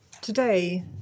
Today